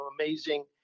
amazing